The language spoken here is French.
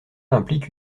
implique